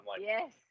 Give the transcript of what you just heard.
Yes